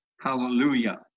Hallelujah